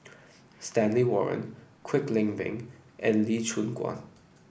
Stanley Warren Kwek Leng Beng and Lee Choon Guan